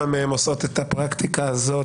מהן עושות את הפרקטיקה הזאת?